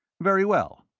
very well.